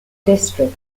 district